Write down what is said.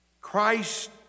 Christ